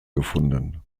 gefunden